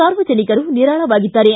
ಸಾರ್ವಜನಿಕರು ನಿರಾಳವಾಗಿದ್ದಾರೆ